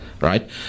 Right